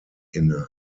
inne